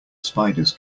spiders